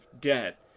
debt